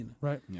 right